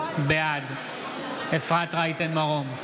בעד אפרת רייטן מרום,